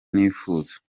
nifuza